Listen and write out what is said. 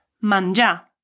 manja